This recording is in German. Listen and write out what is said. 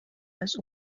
als